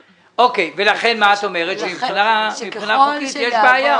ולכן, את אומרת שמבחינה חוקית יש בעיה.